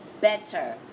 better